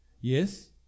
Yes